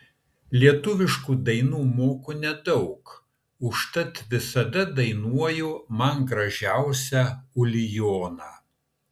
lietuviškų dainų moku nedaug užtat visada dainuoju man gražiausią ulijoną